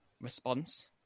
response